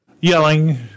Yelling